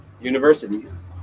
Universities